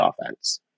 offense